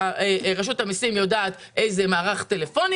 רשות המסים יודעת איזה מערך טלפוני